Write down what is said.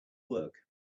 work